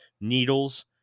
needles